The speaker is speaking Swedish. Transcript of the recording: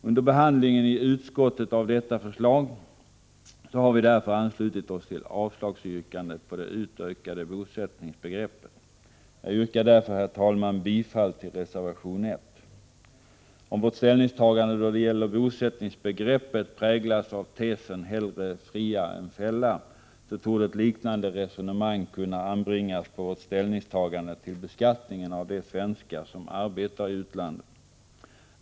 Under behandlingen i utskottet av detta förslag har vi därför anslutit oss till yrkandet om avslag på det utökade bosättningsbegreppet. Jag yrkar därför, herr talman, bifall till reservation 1. Om vårt ställningstagande då det gäller bosättningsbegreppet präglas av tesen hellre fria än fälla, torde ett liknande resonemang kunna anbringas på vårt ställningstagande till beskattningen av de svenskar som arbetar i utlandet.